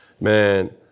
man